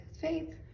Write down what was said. Faith